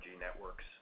networks